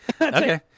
Okay